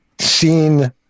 seen